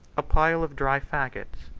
a pile of dry fagots,